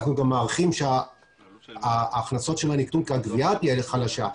אנחנו גם מעריכים שהגבייה תהיה חלשה,